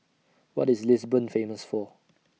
What IS Lisbon Famous For